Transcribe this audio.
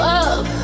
up